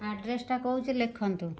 ଆଡ଼୍ରେସ୍ଟା କହୁଛି ଲେଖନ୍ତୁ